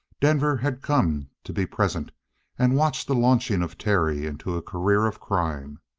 denver had come to be present and watch the launching of terry into a career of crime.